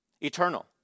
eternal